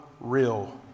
real